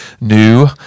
new